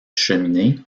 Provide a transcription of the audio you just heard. cheminée